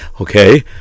Okay